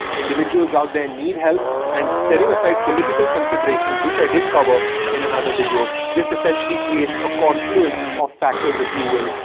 individuals out there need help. and setting aside political considerations, which i did cover in another video. this essentially creates a confluence of factors, if you will,